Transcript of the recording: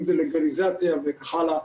אם זה לגליזציה וכך הלאה.